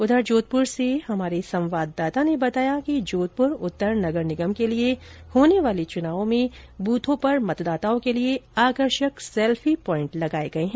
उधर जोधपुर से हमारे संवाददाता ने बताया कि जोधपुर उत्तर नगर निगम के लिए होने वाले चुनाव में बूथों पर मतदाताओं के लिए आकर्षक सेल्फी पॉइंट लगाए गए हैं